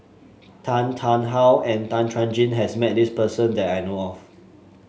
Tan Tarn How and Tan Chuan Jin has met this person that I know of